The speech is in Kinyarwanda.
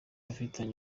afitanye